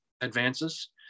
advances